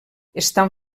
estan